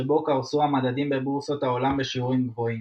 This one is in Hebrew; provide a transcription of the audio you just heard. שבו קרסו המדדים בבורסות העולם בשיעורים גבוהים,